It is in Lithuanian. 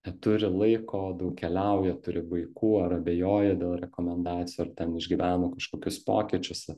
neturi laiko daug keliauja turi vaikų ar abejoja dėl rekomendacijų ar ten išgyveno kažkokius pokyčius